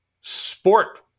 sport